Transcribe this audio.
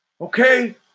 Okay